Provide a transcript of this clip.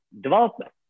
development